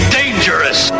dangerous